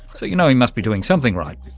so you know he must be doing something right.